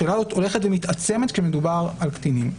השאלה הזאת הולכת ומתעצמת כשמדובר על קטינים.